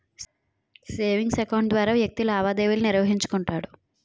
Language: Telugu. సేవింగ్స్ అకౌంట్ ద్వారా వ్యక్తి లావాదేవీలు నిర్వహించుకుంటాడు